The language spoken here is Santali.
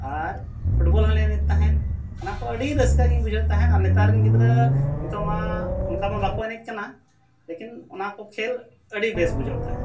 ᱟᱨ ᱦᱚᱸᱞᱮ ᱮᱱᱮᱡ ᱛᱟᱦᱮᱱ ᱚᱱᱟ ᱠᱚ ᱟᱹᱰᱤ ᱨᱟᱹᱥᱠᱟᱹᱜᱮᱧ ᱵᱩᱡᱷᱟᱹᱣ ᱛᱟᱦᱮᱱ ᱟᱨ ᱱᱮᱛᱟᱨ ᱨᱮᱱ ᱜᱤᱫᱽᱨᱟᱹ ᱱᱤᱛᱳᱜ ᱢᱟ ᱚᱱᱠᱟ ᱢᱟ ᱵᱟᱠᱚ ᱮᱱᱮᱡ ᱠᱟᱱᱟ ᱞᱮᱠᱤᱱ ᱚᱱᱟ ᱠᱚ ᱠᱷᱮᱹᱞ ᱟᱹᱰᱤ ᱵᱮᱥ ᱵᱩᱡᱷᱟᱹᱣ ᱛᱟᱦᱮᱱ